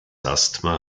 asthma